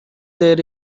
there